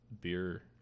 beer